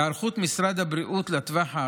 היערכות משרד הבריאות